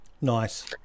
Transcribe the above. nice